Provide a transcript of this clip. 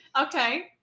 Okay